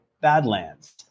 BADLANDS